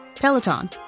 Peloton